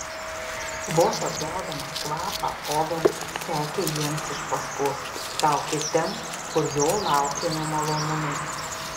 vos atgaudamas kvapą ovenas sekė jiems iš paskos traukė ten kur jo laukė nemalonumai